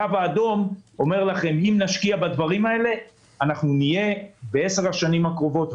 הקו האדום אומר שאם נשקיע בדברים הללו נהיה בעשר השנים הקרובות,